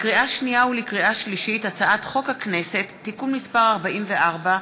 לקריאה שנייה ולקריאה שלישית: הצעת חוק הכנסת (תיקון מס' 44),